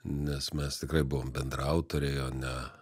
nes mes tikrai buvom bendraautoriai o ne